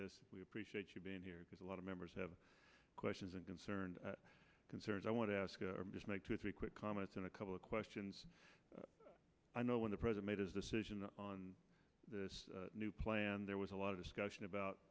this we appreciate you being here because a lot of members have questions and concerns concerns i want to ask just make two or three quick comments and a couple of questions i know when the present made his decision on this new plan there was a lot of discussion about